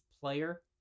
player